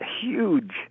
huge